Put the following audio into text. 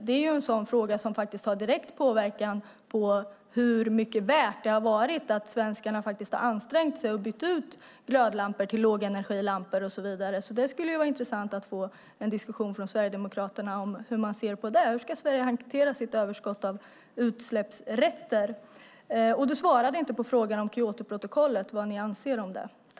Det är en sådan fråga som har direkt påverkan på hur mycket värt det har varit att svenskarna faktiskt har ansträngt sig och bytt ut glödlampor till lågenergilampor och så vidare. Det skulle alltså vara intressant att få en diskussion från Sverigedemokraterna om hur man ser på detta. Hur ska Sverige hantera sitt överskott av utsläppsrätter? Du svarade heller inte på frågan om Kyotoprotokollet och vad ni anser om det.